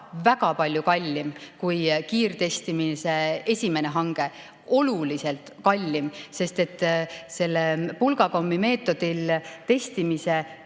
väga palju kallim kui kiirtestimise esimene hange, oluliselt kallim. Selle pulgakommimeetodil testimise